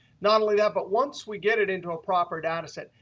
not only that, but once we get it into a proper data set,